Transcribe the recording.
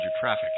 traffic